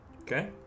Okay